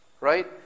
Right